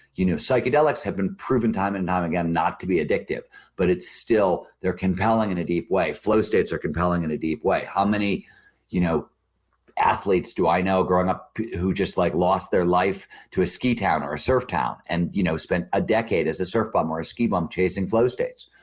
you know psychedelics have been proven time and time again not to be addictive but it's still, they're compelling in a deep way. flow states are compelling in a deep way. how many you know athletes do i know growing up who just like lost their to a ski town or a surf town and you know spent a decade as a surf bum or a ski bum chasing flow states.